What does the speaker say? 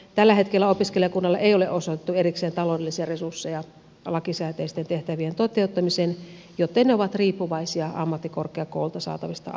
tällä hetkellä opiskelijakunnalle ei ole osoitettu erikseen taloudellisia resursseja lakisääteisten tehtävien toteuttamiseen joten ne ovat riippuvaisia ammattikorkeakouluilta saatavista avustuksista